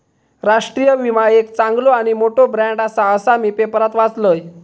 राष्ट्रीय विमा एक चांगलो आणि मोठो ब्रँड आसा, असा मी पेपरात वाचलंय